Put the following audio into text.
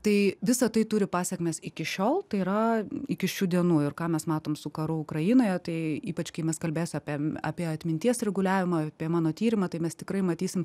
tai visa tai turi pasekmes iki šiol tai yra iki šių dienų ir ką mes matom su karu ukrainoje tai ypač kai mes kalbės apie apie atminties reguliavimą apie mano tyrimą tai mes tikrai matysim